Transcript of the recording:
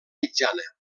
mitjana